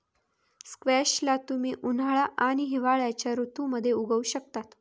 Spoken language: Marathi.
स्क्वॅश ला तुम्ही उन्हाळा आणि हिवाळ्याच्या ऋतूमध्ये उगवु शकता